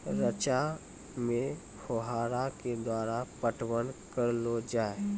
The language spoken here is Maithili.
रचा मे फोहारा के द्वारा पटवन करऽ लो जाय?